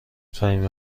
فهیمه